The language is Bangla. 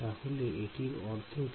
তাহলে এটির অর্থ কি